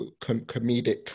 comedic